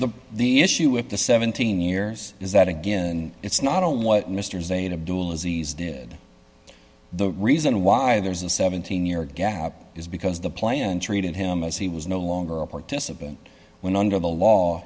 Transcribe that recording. the the issue with the seventeen years is that again it's not on what mr zeta doulas ease did the reason why there's a seventeen year gap is because the plan treated him as he was no longer a participant when under the law